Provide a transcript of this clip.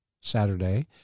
Saturday